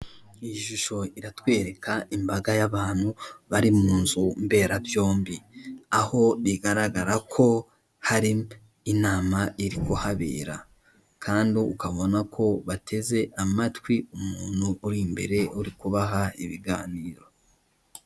Iyi shusho iratwereka imbaga y'abantu bari mu nzu mberabyombi aho bigaragara ko hari inama iri kuhabera kandi ukabona ko bateze amatwi umuntu uri imbere uri kubaha ibiganiro.